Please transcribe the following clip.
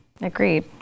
Agreed